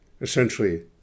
Essentially